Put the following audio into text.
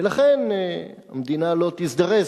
ולכן המדינה לא תזדרז.